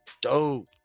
Dope